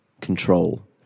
control